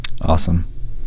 Awesome